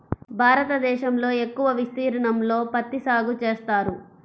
భారతదేశంలో ఎక్కువ విస్తీర్ణంలో పత్తి సాగు చేస్తారు